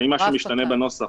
האם משהו משתנה בנוסח?